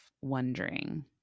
wondering